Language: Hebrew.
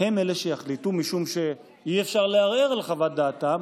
הם אלה שיחליטו משום שאי-אפשר לערער על חוות דעתם,